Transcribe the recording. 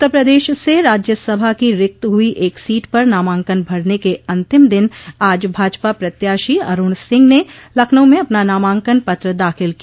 उत्तर प्रदेश से राज्यसभा की रिक्त हुई एक सीट पर नामांकन भरने के अंतिम दिन आज भाजपा प्रत्याशी अरूण सिंह ने लखनऊ में अपना नामांकन पत्र दाखिल किया